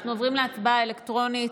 אנחנו עוברים להצבעה שמית.